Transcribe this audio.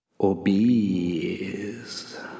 Obese